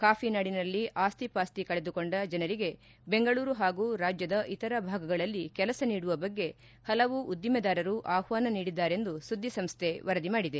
coffee ನಾಡಿನಲ್ಲಿ ಆಸ್ತಿ ಪಾಸ್ತಿ ಕಳೆದುಕೊಂಡ ಜನರಿಗೆ ಬೆಂಗಳೂರು ಹಾಗೂ ರಾಜ್ಯದ ಇತರ ಭಾಗಗಳಲ್ಲಿ ಕೆಲಸ ನೀಡುವ ಬಗ್ಗೆ ಹಲವು ಉದ್ದಿಮೆದಾರರು ಆಹ್ವಾನ ನೀಡಿದ್ದಾರೆಂದು ಸುದ್ದಿಸಂಸ್ಥೆ ವರದಿ ಮಾಡಿದೆ